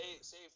say